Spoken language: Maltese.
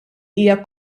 hija